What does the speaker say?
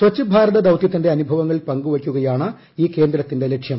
സച്ഛ ഭാരത ദൌതൃത്തിന്റെ അനുഭവങ്ങൾ പങ്കുവയ്ക്കുകയാണ് ഈ കേന്ദ്രത്തിന്റെ ലക്ഷ്യം